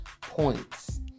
points